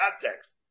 context